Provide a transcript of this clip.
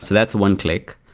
so that's one click.